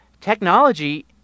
Technology